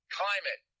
climate